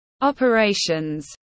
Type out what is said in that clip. operations